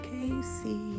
Casey